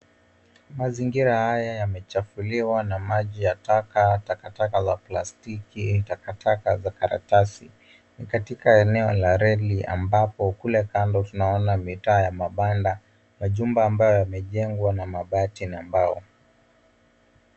Mazingira haya yamechafuliwa na maji ya taka, takataka za plastiki, takataka za karatasi. Ni katika eneo la reli ambapo kule kando tunaona mitaa ya mabanda, majumba amabayo yamejengwa na mabati na mbao.